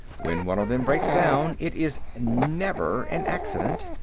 when one of them breaks down, it is never an accident,